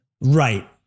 Right